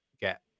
get